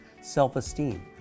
self-esteem